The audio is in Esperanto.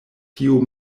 tiu